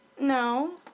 No